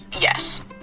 yes